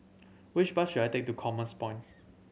which bus should I take to Commerce Point